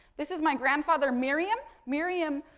this is my grandfather miriam, miriam